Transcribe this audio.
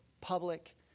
public